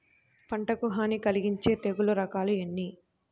పంటకు హాని కలిగించే తెగుళ్ళ రకాలు ఎన్ని?